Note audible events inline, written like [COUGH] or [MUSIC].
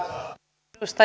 arvoisa [UNINTELLIGIBLE]